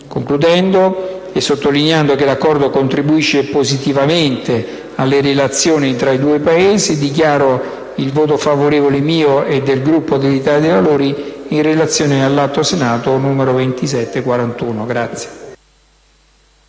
Concludendo e sottolineando che l'Accordo contribuisce positivamente alle relazioni tra i due Paesi, dichiaro il voto favorevole mio e del Gruppo dell'Italia dei Valori in relazione all'Atto Senato n. 2741.